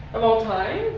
of all time?